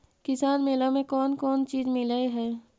किसान मेला मे कोन कोन चिज मिलै है?